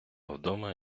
вдома